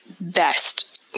best